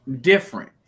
different